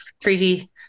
Treaty